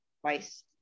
twice